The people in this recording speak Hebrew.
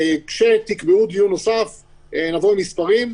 כשתקבעו דיון נוסף נבוא עם מספרים.